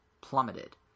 plummeted